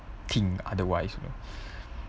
think otherwise you know